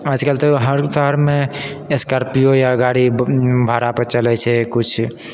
आजकल तऽ हर शहरमे स्कॉर्पियो या गाड़ी भाड़ापर चलै छै किछु